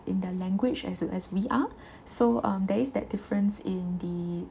in the language as as we are so um there is that difference in the